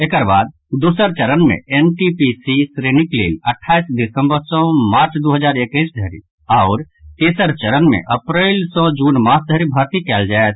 एकर बाद दोसर चरण मे एनटीपीसी श्रेणीक लेल अट्ठाईस दिसम्बस सँ मार्च दू हजार एकैस धरि अओर तेसर चरण मे अप्रैल सँ जून मास धरि भर्ती कयल जायत